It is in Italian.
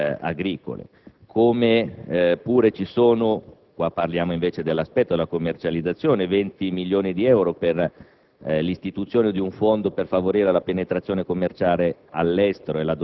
maggior qualità. Ci sono altre norme importanti per quanto riguarda la competitività delle imprese. Innanzitutto, il credito di imposta, che poi per il Sud, con una norma inserita nel maxiemendamento, è stato